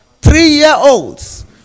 three-year-olds